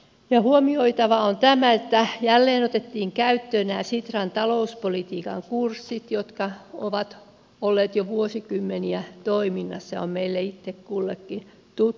ja huomioitavaa on tämä että jälleen otettiin käyttöön nämä sitran talouspolitiikan kurssit jotka ovat olleet jo vuosikymmeniä toiminnassa ja ovat meille itse kullekin tuttuja